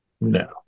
No